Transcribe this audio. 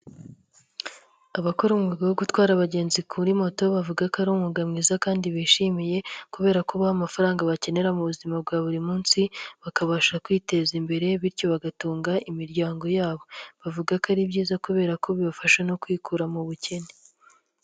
Abakora umwuga wo gutwara abagenzi kuri moto bavuga ko ari umwuga mwiza kandi bishimiye, kubera ko ubaha amafaranga bakenera mu buzima bwa buri munsi, bakabasha kwiteza imbere, bityo bagatunga imiryango yabo. Bavuga ko ari byiza kubera ko bibafasha no kwikura mu bukene.